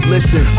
Listen